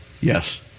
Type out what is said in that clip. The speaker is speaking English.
Yes